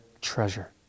treasure